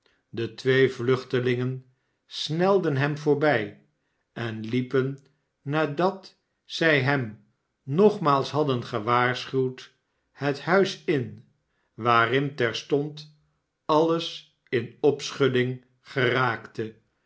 de twee vluchtelingen snelden hem voorbij en liepen nadat zij hem nogmaals hadden gewaarschuwd het huis in waarin terstond alles in opschuding geraakte